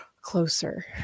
Closer